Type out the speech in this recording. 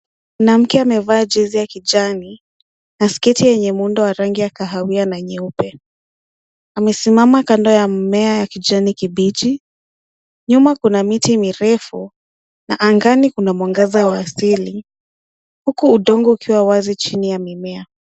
Mwanamke amevaa jezi ya kijani na sketi yenye muundo wa rangi ya kahawia na nyeupe. Amesimama kando ya mmea wa kijani kibichi. Nyuma kuna miti mirefu na angani kuna mwangaza wa asili, huku udongo ukiwa wazi chini ya mimea.